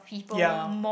ya